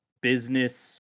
business